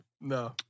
No